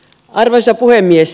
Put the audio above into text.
arvoisa puhemies